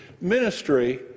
Ministry